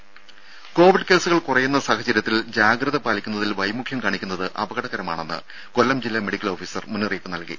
ദേദ കോവിഡ് കേസുകൾ കുറയുന്ന സാഹചര്യത്തിൽ ജാഗ്രത പാലിക്കുന്നതിൽ വൈമുഖ്യം കാണിക്കുന്നത് അപകടകരമാണെന്ന് കൊല്ലം ജില്ലാ മെഡിക്കൽ ഓഫീസർ മുന്നറിയിപ്പ് നൽകി